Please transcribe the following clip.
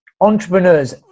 Entrepreneurs